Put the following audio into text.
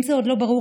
אם זה עוד לא ברור,